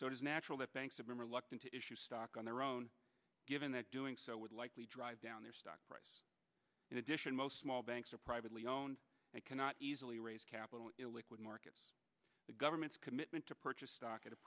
is natural that banks have been reluctant to issue stock on their own given that doing so would likely drive down their stock price in addition most small banks are privately owned they cannot easily raise capital illiquid markets the government's commitment to purchase stock at a